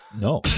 No